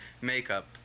makeup